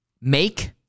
make